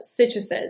citruses